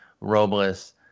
robles